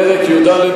פרק י"ד,